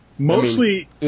Mostly